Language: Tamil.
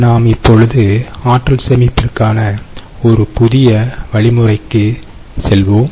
நாம் இப்பொழுது ஆற்றல்சேமிப்புக்கான ஒரு புதிய வழிமுறைக்கு செல்வோம்